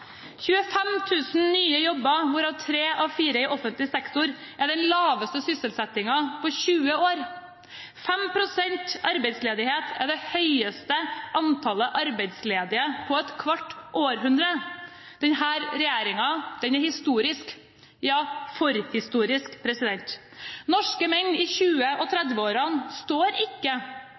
000 nye jobber, hvorav tre av fire i offentlig sektor, er den laveste sysselsettingen på 20 år. 5 pst. arbeidsledighet er det høyeste antallet arbeidsledige på et kvart århundre. Denne regjeringen er historisk, ja forhistorisk. Norske menn i 20- og 30-årene står ikke